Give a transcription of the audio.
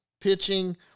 pitching